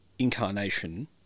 incarnation